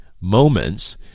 Moments